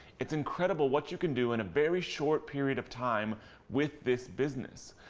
it's incredible what you can do in a very short period of time with this business.